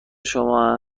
شما